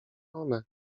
one